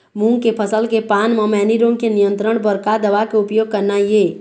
मूंग के फसल के पान म मैनी रोग के नियंत्रण बर का दवा के उपयोग करना ये?